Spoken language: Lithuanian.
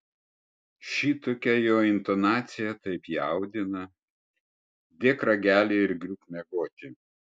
šitokia jo intonacija taip jaudina dėk ragelį ir griūk miegoti